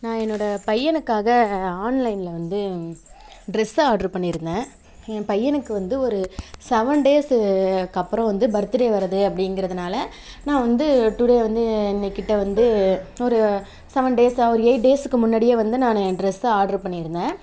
நான் என்னோடய பையனுக்காக ஆன்லைனில் வந்து டிரெஸ்ஸு ஆடரு பண்ணியிருந்தேன் என் பையனுக்கு வந்து ஒரு செவன் டேஸ்ஸுக்கு அப்புறம் வந்து பர்த்து டே வருது அப்படிங்கிறதுனால நான் வந்து டுடே வந்து இன்றைகிட்ட வந்து ஒரு செவன் டேஸ்ஸாக ஒரு எயிட் டேஸ்ஸுக்கு முன்னாடியே வந்து நான் டிரெஸ்ஸு ஆடரு பண்ணியிருந்தேன்